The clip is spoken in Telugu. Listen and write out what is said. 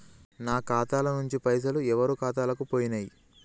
నా ఖాతా ల నుంచి పైసలు ఎవరు ఖాతాలకు పోయినయ్?